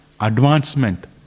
advancement